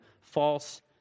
false